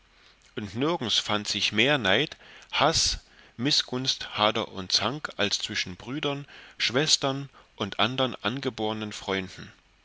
und nirgends fand sich mehr neid haß mißgunst hader und zank als zwischen brüdern schwestern und andern angebornen freunden